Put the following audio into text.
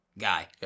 guy